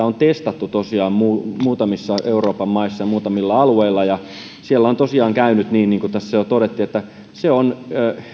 on testattu tosiaan muutamissa euroopan maissa ja muutamilla alueilla ja siellä on tosiaan käynyt niin niin kuin tässä jo todettiin että se on